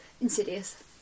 Insidious